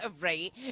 Right